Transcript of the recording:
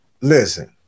Listen